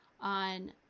on